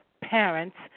parents